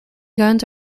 guns